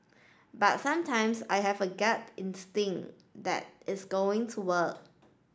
but sometimes I have a gut instinct that it's going to work